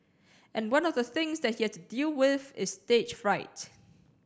and one of the things that he has to deal with is stage fright